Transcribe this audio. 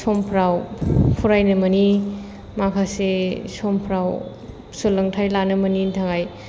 समफ्राव फरायनो मोनि माखासे समफ्राव सोलोंथाइ लानो मोनैनि थाखाय